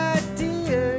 idea